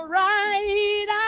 right